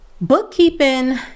Bookkeeping